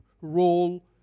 role